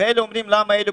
וראינו מה קרה.